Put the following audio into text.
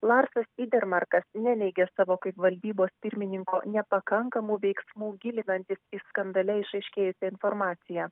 larsas idermarkas neneigia savo kaip valdybos pirmininko nepakankamų veiksmų gilinantis į skandale išaiškėjusią informaciją